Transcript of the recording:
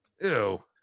Ew